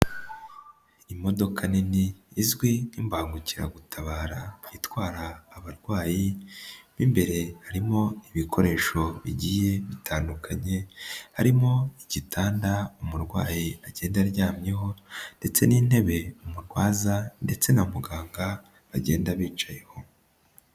Imodoka nini izwi nk'imbangukiragutabara itwara abarwayi, mo imbere harimo ibikoresho bigiye bitandukanye, harimo igitanda umurwayi agenda aryamyeho ndetse n'intebe umurwaza ndetse na muganga bagenda bicayeho.